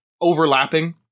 overlapping